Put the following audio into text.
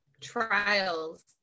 trials